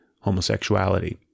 homosexuality